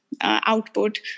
output